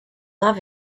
love